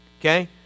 Okay